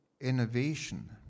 innovation